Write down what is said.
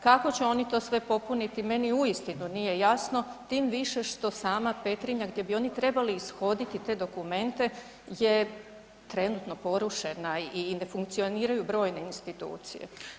Kako će oni to sve popuniti meni uistinu nije jasno tim više što sama Petrinja gdje bi oni trebali ishoditi te dokumente je trenutno porušena i ne funkcioniraju brojne institucije.